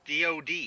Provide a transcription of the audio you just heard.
DoD